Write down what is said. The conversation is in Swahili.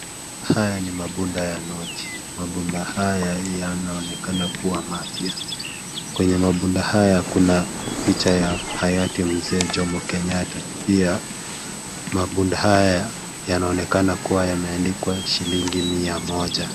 Haya ni mabunda ya noti. Mabunda haya yanaonekana kuwa mapya. Kwenye mabunda haya kuna picha ya hayati mzee Jomo Kenyatta. Pia mabunda haya yanaonekana kuwa yameandikwaya shilingi mia moja.